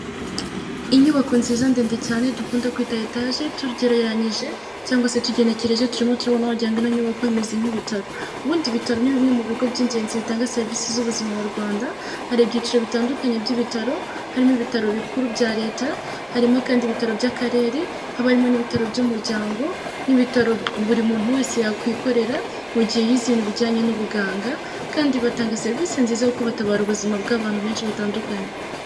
Inyubako nziza ndenge cyane dukunda kwiga etaje tuyigereranyije cyangwa se tugenekereje turimo turabona wagirango imeze nk'ibitaro. Ubundi ibitaro ni bimwe mubigo by'ingenzi bimubitanga serivise zubuzima mu Rwanda, hari ibyiciro bitandukanye by'ibitaro, harimo: ibitaro bikuru bya leta, harimo kandi n'ibitaro by'akarere, haba harimo ibitaro by'umuryango, n'ibitaro buri muntu wese yakwikorera mugihe yize ibintu bijyanye n'ubuganga kandi batanga serivise nziza yo kuba batabara ubuzima bwabantu butandukanye.